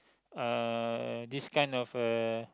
uh this kind of uh